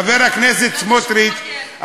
חבר הכנסת סמוטריץ,